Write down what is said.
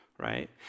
right